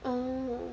oh